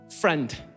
friend